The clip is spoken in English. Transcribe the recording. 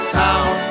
town